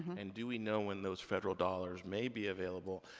and do we know when those federal dollars may be available?